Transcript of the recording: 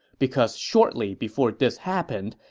because shortly before this happened,